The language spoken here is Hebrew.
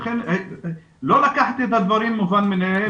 לכן, לא לקחת את הדברים כמובנים מאליהם.